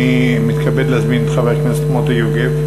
אני מתכבד להזמין את חבר הכנסת מוטי יוגב.